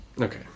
Okay